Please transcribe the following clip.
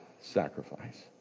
sacrifice